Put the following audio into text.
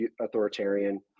authoritarian